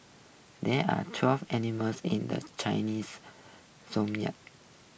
there are twelve animals in the Chinese zodiac